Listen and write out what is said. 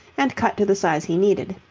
and cut to the size he needed.